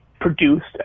produced